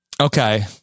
Okay